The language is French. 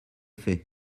faits